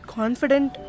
confident